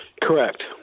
Correct